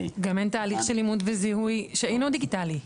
--- גם אין תהליך של אימות וזיהוי שאינו דיגיטלי.